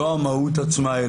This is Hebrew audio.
לא המהות עצמה,